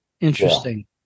Interesting